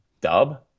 dub